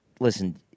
listen